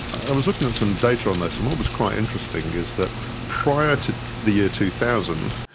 i was looking at some data on this, and what was quite interesting is that prior to the year two thousand,